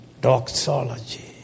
doxology